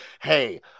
Hey